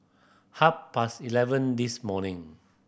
half past eleven this morning